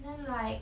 then like